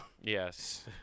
Yes